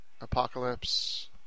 Apocalypse